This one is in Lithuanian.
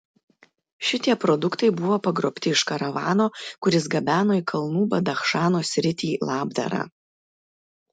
šitie produktai buvo pagrobti iš karavano kuris gabeno į kalnų badachšano sritį labdarą